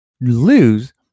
lose